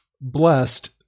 blessed